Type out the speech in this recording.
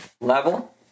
level